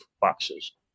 boxes